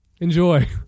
enjoy